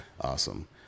awesome